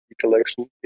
collection